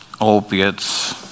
Opiates